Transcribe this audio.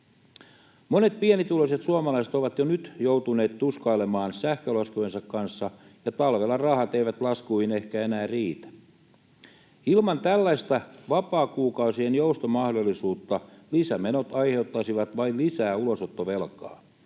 Monet pienituloiset suomalaiset ovat jo nyt joutuneet tuskailemaan sähkölaskujensa kanssa, ja talvella rahat eivät laskuihin ehkä enää riitä. Ilman tällaista vapaakuukausien joustomahdollisuutta lisämenot aiheuttaisivat vain lisää ulosottovelkaa.